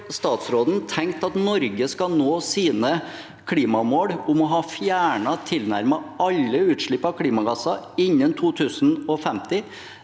har statsråden tenkt at Norge skal nå sine klimamål om å ha fjernet tilnærmet alle utslipp av klimagasser innen 2050